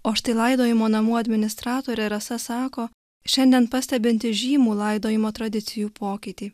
o štai laidojimo namų administratorė rasa sako šiandien pastebinti žymų laidojimo tradicijų pokytį